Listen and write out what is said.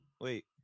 Wait